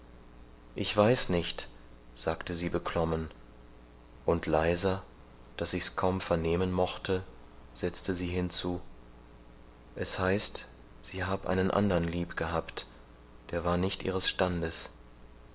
ich weiß nicht sagte sie beklommen und leiser daß ich's kaum vernehmen mochte setzte sie hinzu es heißt sie hab einen andern lieb gehabt der war nicht ihres standes